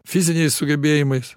fiziniais sugebėjimais